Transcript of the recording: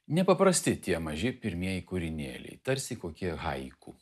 nepaprasti tie maži pirmieji kūrinėliai tarsi kokie haiku